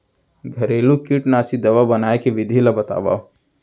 घरेलू कीटनाशी दवा बनाए के विधि ला बतावव?